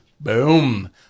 Boom